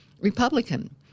Republican